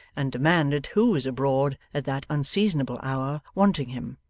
and demanded who was abroad at that unseasonable hour, wanting him.